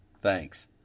Thanks